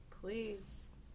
Please